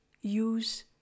use